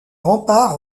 remparts